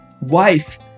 wife